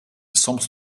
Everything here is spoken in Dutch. soms